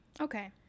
Okay